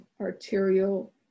arterial